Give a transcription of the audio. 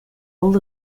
old